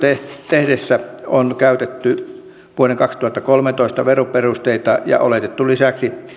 tehdessä on käytetty vuoden kaksituhattakolmetoista veroperusteita ja oletettu lisäksi